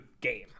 game